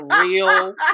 real